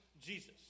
Jesus